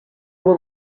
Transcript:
will